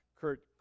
Kurt